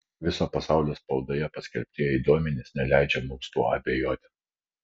viso pasaulio spaudoje paskelbtieji duomenys neleidžia mums tuo abejoti